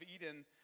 Eden